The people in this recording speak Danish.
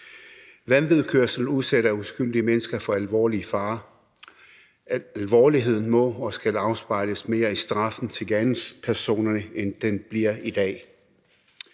Vanvidskørsel udsætter uskyldige mennesker for alvorlig fare. Alvorligheden må og skal afspejles mere i straffen til gerningspersonerne, end den bliver i dag.